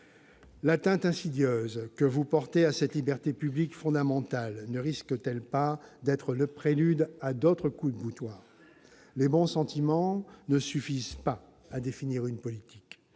L'atteinte insidieuse que vous portez à cette liberté publique fondamentale ne risque-t-elle pas d'être le prélude à d'autres coups de boutoir ? Les bons sentiments ne suffisent pas à définir une politique.